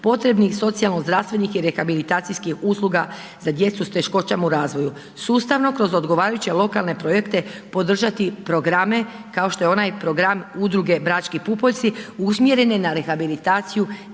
potrebnih socijalno-zdravstvenih i rehabilitacijskih usluga za djecu sa teškoćama u razvoju sustavno kroz odgovarajuće lokalne projekte podržati programe kao što je onaj program udruge „Brački pupoljci“ usmjerene na rehabilitaciju